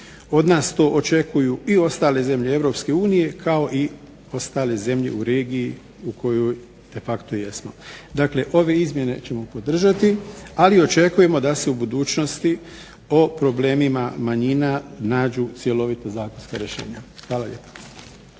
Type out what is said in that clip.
Od nas to očekuju i ostale zemlje Europske unije kao i ostale zemlje u regiji u kojoj de facto jesmo. Dakle, ove izmjene ćemo podržati, ali očekujemo da se u budućnosti o problemima manjina nađu cjelovita zakonska rješenja. Hvala lijepa.